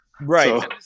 Right